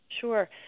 Sure